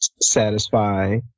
satisfy